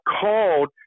called